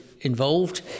involved